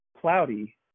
cloudy